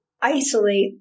isolate